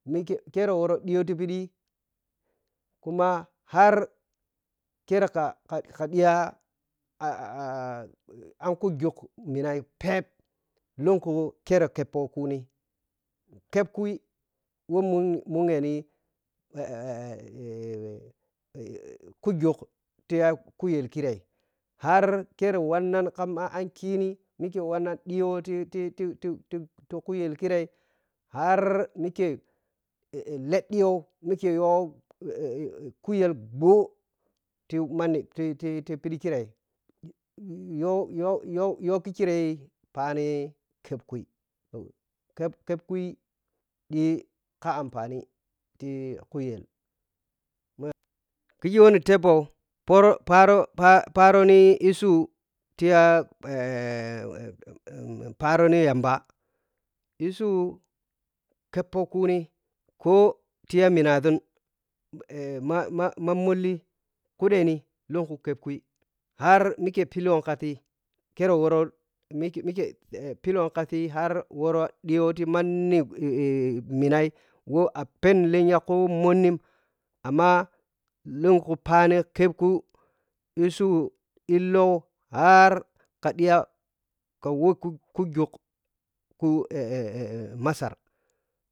Mike kere wo ro ɗiye tiphiɗi kuma har kireka ka ka dihya ankujuggha minai phep lunku kere keppoh kuni kepp kui wo mugu mughɛni ku jugla di ya kuyel kirei harrere wannan ka ma ankini wannan ɗihyo titi titi kuyel kirei har mike heɗɗi yo mike yo kuyel ɓhoti manni titi ɓiɗhi kirei yi yo yo yo kikira phani kappkui pepp kɛɛpoh phoro phani pharo pharoni isuyu tiya pharo niyambah isuku keɛpoh kuni koh ti ya mina ȝun ma ma mamdni kuɗɛni lenku keep kui har mike philowka si kere wɔrɔ ɗiyo ti manni manni mannai wɔ ɗiyo ti manni manni mannai wɔ apenni leny koh mhonnim amma lunkhu phani kepp ku iisuru illaw harka dhiya ka war kujug ku masar.